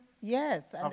Yes